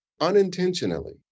unintentionally